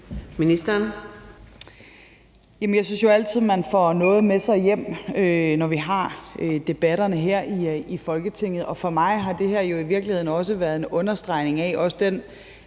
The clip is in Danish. Løhde): Jeg synes jo altid, man får noget med sig hjem, når vi har debatterne her i Folketinget. For mig har det her jo i virkeligheden også været en understregning af, at der